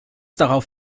darauf